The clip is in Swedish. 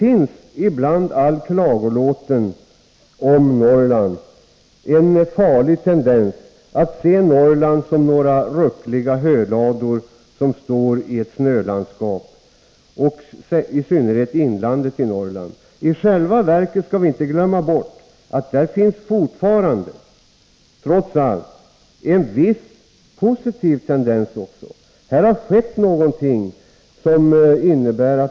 I all klagolåt om Norrland finns det en farlig tendens att se Norrland som några ruckliga hölador som står i ett snölandskap, i synnerhet i Norrlands inland. Vi får inte glömma bort att trots allt finns det fortfarande en viss positiv tendens också. Här har skett någonting.